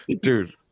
Dude